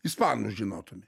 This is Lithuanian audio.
ispanų žinotume